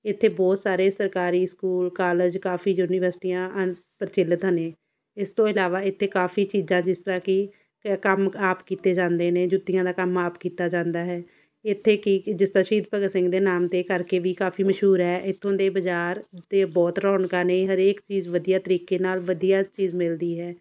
ਇੱਥੇ ਬਹੁਤ ਸਾਰੇ ਸਰਕਾਰੀ ਸਕੂਲ ਕਾਲਜ ਕਾਫ਼ੀ ਯੂਨੀਵਰਸਿਟੀਆਂ ਅਨ ਪ੍ਰਚਲਿਤ ਨੇ ਇਸ ਤੋਂ ਇਲਾਵਾ ਇੱਥੇ ਕਾਫ਼ੀ ਚੀਜ਼ਾਂ ਜਿਸ ਤਰ੍ਹਾਂ ਕਿ ਕ ਕੰਮ ਆਪ ਕੀਤੇ ਜਾਂਦੇ ਨੇ ਜੁੱਤੀਆਂ ਦਾ ਕੰਮ ਆਪ ਕੀਤਾ ਜਾਂਦਾ ਹੈ ਇੱਥੇ ਕਿ ਜਿਸ ਤਰ੍ਹਾਂ ਸ਼ਹੀਦ ਭਗਤ ਸਿੰਘ ਦੇ ਨਾਮ 'ਤੇ ਕਰਕੇ ਵੀ ਕਾਫ਼ੀ ਮਸ਼ਹੂਰ ਹੈ ਇੱਥੋਂ ਦੇ ਬਾਜ਼ਾਰ ਅਤੇ ਬਹੁਤ ਰੌਣਕਾਂ ਨੇ ਹਰੇਕ ਚੀਜ਼ ਵਧੀਆ ਤਰੀਕੇ ਨਾਲ ਵਧੀਆ ਚੀਜ਼ ਮਿਲਦੀ ਹੈ